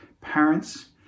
parents